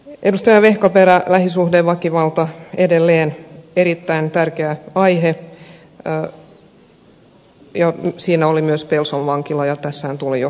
edustaja vehkaperä kysyi lähisuhdeväkivallasta joka on edelleen erittäin tärkeä aihe ja myös pelson vankilasta ja se sanomahan tässä jo tuli